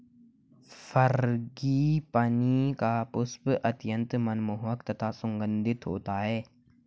frangipani का पुष्प अत्यंत मनमोहक तथा सुगंधित होता है